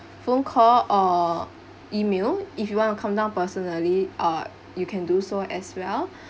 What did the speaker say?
phone call or email if you want to come down personally uh you can do so as well